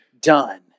done